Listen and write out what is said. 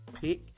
pick